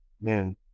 man